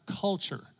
culture